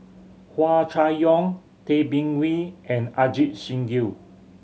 Hua Chai Yong Tay Bin Wee and Ajit Singh Gill